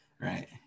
right